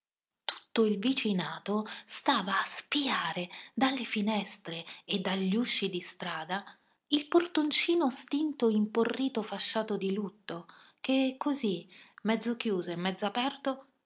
tutto il vicinato stava a spiare dalle finestre e dagli usci di strada il portoncino stinto imporrito fasciato di lutto che così mezzo chiuso e mezzo aperto